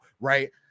right